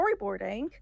storyboarding